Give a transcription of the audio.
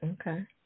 Okay